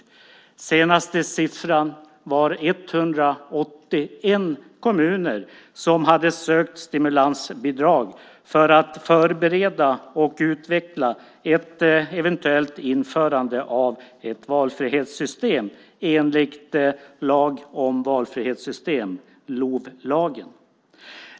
Den senaste siffran var 181 kommuner som har sökt stimulansbidrag för att förbereda och utveckla ett eventuellt införande av ett valfrihetssystem enligt lag om valfrihetssystem, LOV.